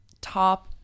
Top